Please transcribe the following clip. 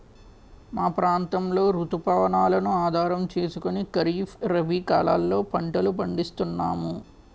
మా ప్రాంతంలో రుతు పవనాలను ఆధారం చేసుకుని ఖరీఫ్, రబీ కాలాల్లో పంటలు పండిస్తున్నాము